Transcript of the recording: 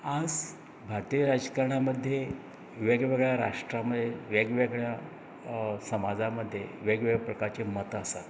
आज भारतीय राजकरण्या मद्दे वेगळ्या वेगळ्या राष्ट्रा मद्ये वेगळ्या समाजा मध्ये वेगळे वेगळे प्रकारचें मतां आसात